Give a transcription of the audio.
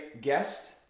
guest